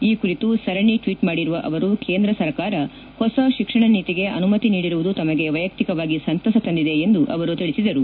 ಈ ಕುರಿತು ಸರಣಿ ಟ್ವೀಟ್ ಮಾಡಿರುವ ಅವರು ಕೇಂದ್ರ ಸರ್ಕಾರ ಹೊಸ ಶಿಕ್ಷಣ ನೀತಿಗೆ ಅನುಮತಿ ನೀಡಿರುವುದು ತಮಗೆ ವೈಯಕ್ತಿಕವಾಗಿ ಸಂತಸ ತಂದಿದೆ ಎಂದು ಅವರು ತಿಳಿಸಿದರು